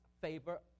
favor